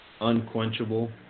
unquenchable